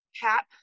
cap